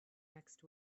next